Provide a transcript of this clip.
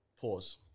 Pause